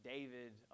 David